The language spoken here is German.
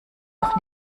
noch